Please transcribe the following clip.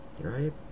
right